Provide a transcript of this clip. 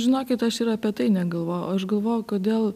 žinokit aš ir apie tai negalvojau aš galvojau kodėl